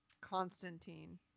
Constantine